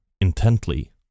intently